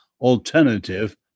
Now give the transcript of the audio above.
alternative